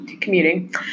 commuting